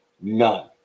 None